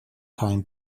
time